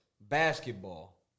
basketball